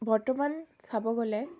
বৰ্তমান চাব গ'লে